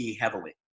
heavily